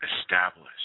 establish